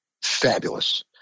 fabulous